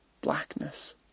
blackness